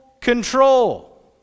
control